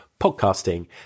podcasting